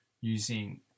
using